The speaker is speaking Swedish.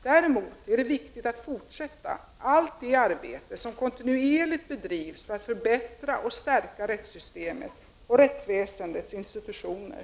Däremot är det viktigt att fortsätta allt det arbete som kontinuerligt bedrivs för att förbättra och stärka rättssystemet och rättsväsendets institutioner.